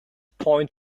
point